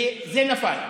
וזה נפל.